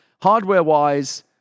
hardware-wise